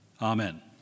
Amen